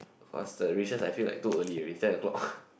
cause the recess I feel like too early already ten O clock